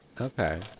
Okay